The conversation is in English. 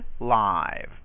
live